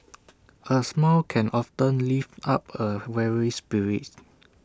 A smile can often lift up A weary spirit